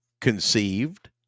conceived